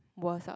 worst ah